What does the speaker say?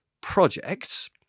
projects